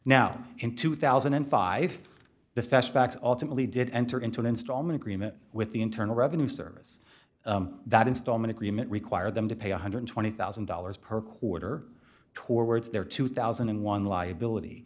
now in two thousand and five the fest backs alternately did enter into an installment agreement with the internal revenue service that installment agreement require them to pay one hundred and twenty thousand dollars per quarter towards their two thousand and one liability